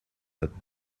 but